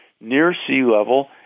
near-sea-level